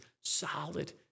solid